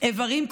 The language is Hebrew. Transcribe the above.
איברים כרותים,